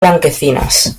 blanquecinas